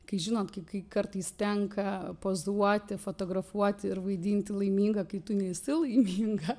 kai žinot kaip kai kartais tenka pozuoti fotografuoti ir vaidinti laimingą kai tu nesi laiminga